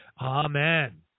Amen